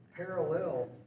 parallel